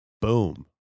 Boom